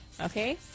okay